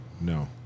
No